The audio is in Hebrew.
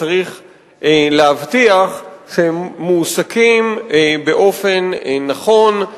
צריך להבטיח שהם מועסקים באופן נכון,